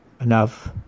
enough